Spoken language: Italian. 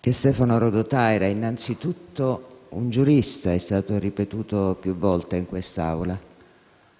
che Stefano Rodotà era innanzitutto un giurista, come è stato ripetuto più volte in quest'Aula.